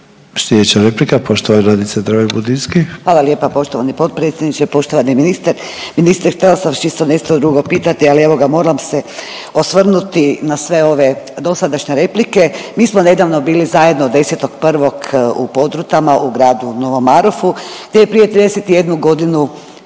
**Dreven Budinski, Nadica (HDZ)** Hvala lijepa poštovani potpredsjedniče, poštovani ministre. Htjela sam vas čisto nešto drugo pitati, ali evo ga moram se osvrnuti na sve ove dosadašnje replike. Mi smo nedavno bili zajedno 10.1. u Podrutama u gradu Novom Marofu, gdje je prije 31 godinu